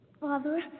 Father